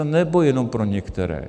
Nebo jenom pro některé?